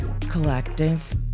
Collective